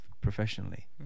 professionally